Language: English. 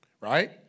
Right